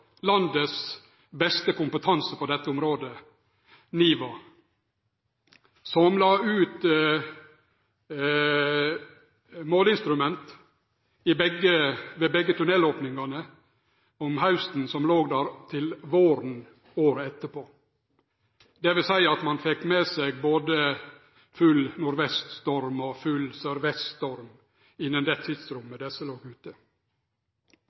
landets beste kompetanse på dette området, NIVA, som la ut måleinstrument ved begge tunnelopningane om hausten, som låg der til våren året etter. Det vil seie at ein fekk med seg både full nordvest storm og full sørvest storm innan det tidsrommet desse låg ute.